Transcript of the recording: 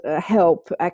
help